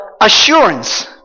assurance